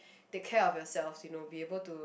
take care of yourself you know be able to